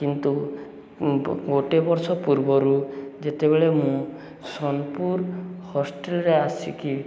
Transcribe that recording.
କିନ୍ତୁ ଗୋଟେ ବର୍ଷ ପୂର୍ବରୁ ଯେତେବେଳେ ମୁଁ ସୋନପୁର ହଷ୍ଟେଲରେ ଆସିକି